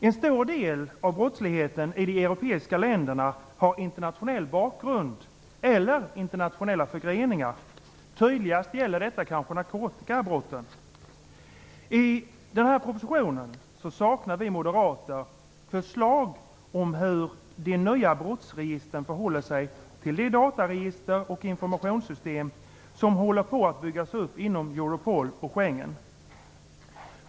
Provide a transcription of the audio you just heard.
En stor del av brottsligheten i de europeiska länderna har internationell bakgrund eller internationella förgreningar. Tydligast gäller detta kanske narkotikabrotten. I propositionen saknar vi moderater förslag om hur de nya brottsregistren förhåller sig till de dataregister och informationssystem som håller på att byggas upp inom Europol och Schengen.